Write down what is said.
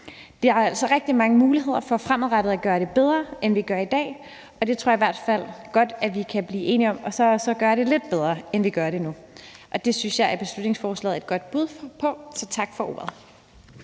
Der er altså rigtig mange muligheder for fremadrettet at gøre det bedre, end vi gør i dag, og det tror jeg i hvert fald godt at vi kan blive enige om, altså at gøre det lidt bedre, end vi gør det nu. Det synes jeg at beslutningsforslaget er et godt bud på. Tak for ordet.